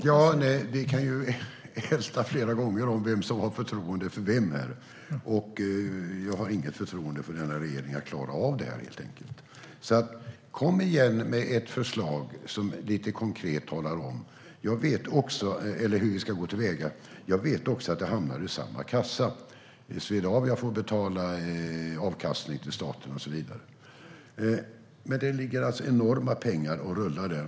Fru talman! Vi kan älta länge vem som har förtroende för vem här. Jag har inget förtroende för att den här regeringen klarar av detta, helt enkelt. Kom alltså igen med ett förslag som lite konkret talar om hur vi ska gå till väga! Jag vet också att det hamnar i samma kassa, att Swedavia får betala avkastning till staten och så vidare, men det ligger enorma pengar och rullar där.